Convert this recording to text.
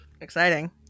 Exciting